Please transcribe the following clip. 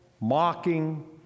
mocking